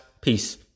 Peace